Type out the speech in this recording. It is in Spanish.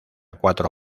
cuatro